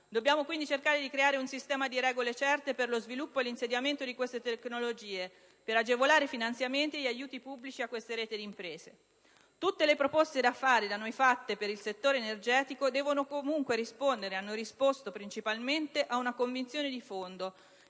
Dobbiamo quindi cercare di creare un sistema di regole certe per lo sviluppo e l'insediamento di queste tecnologie, per agevolare i finanziamenti e gli aiuti pubblici a queste reti di imprese. Tutte le proposte da fare e da noi fatte per il settore energetico hanno risposto e devono comunque rispondere principalmente ad una convinzione di fondo